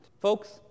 Folks